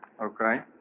Okay